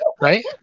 right